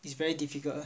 it's very difficult